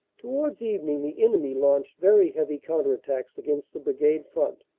towards evening the enemy launched very heavy counter-attacks against the brigade front,